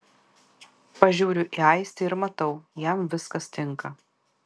pažiūriu į aistį ir matau jam viskas tinka